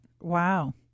Wow